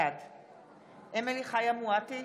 בעד אמילי חיה מואטי,